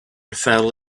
fell